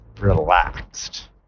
relaxed